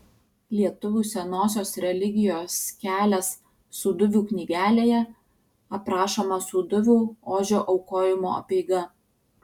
lietuvių senosios religijos kelias sūduvių knygelėje aprašoma sūduvių ožio aukojimo apeiga